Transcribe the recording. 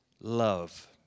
love